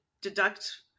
deduct